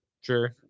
Sure